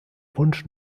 wunsch